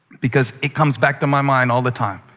because it comes back to my mind all the time.